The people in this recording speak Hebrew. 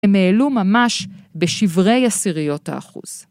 הם העלו ממש בשברי עשיריות האחוז.